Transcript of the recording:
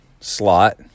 slot